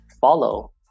follow